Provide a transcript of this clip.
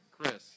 Chris